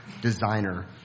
Designer